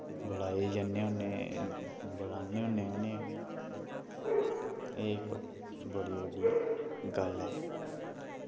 बलाए जन्ने होने बुलाने होने उ'नें ई एह् इक बड़ी बड्डी गल्ल ऐ